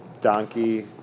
donkey